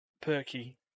Perky